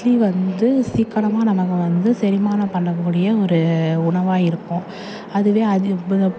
இட்லி வந்து சீக்கிரமாக நம்ம வந்து செரிமானம் பண்ணக்கூடிய ஒரு உணவாக இருக்கும் அதுவே